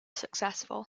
successful